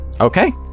Okay